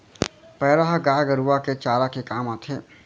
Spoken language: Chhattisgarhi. पैरा ह गाय गरूवा के चारा के काम आथे